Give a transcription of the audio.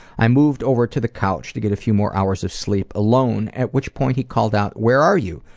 i moved over to the couch to get a few more hours of sleep alone at which point he called out, where are you?